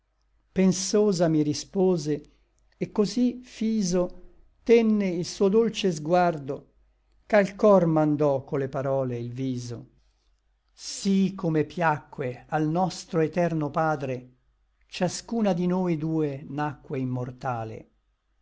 pensosa mi rispose et cosí fiso tenne il suo dolce sguardo ch'al cor mandò co le parole il viso sí come piacque al nostro eterno padre ciascuna di noi due nacque immortale